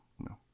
no